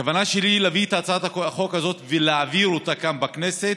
הכוונה שלי היא להביא את הצעת החוק הזאת ולהעביר אותה כאן בכנסת